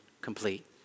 complete